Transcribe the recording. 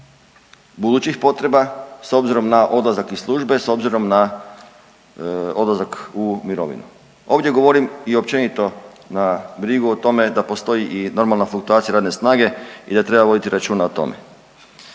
budućih potreba s obzirom na odlazak iz službe i s obzirom na odlazak u mirovinu. Ovdje govorim i općenito na brigu o tome da postoji i normalna fluktuacija radne snage i da treba voditi računa o tome.